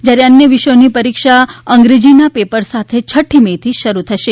જ્યારે અન્ય વિષયોની પરીક્ષા અંગ્રેજીના પેપર સાથે છઠ્ઠી મેથી શરૂ થશે